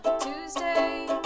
Tuesday